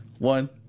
One